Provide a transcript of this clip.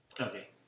Okay